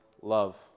love